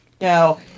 No